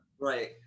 Right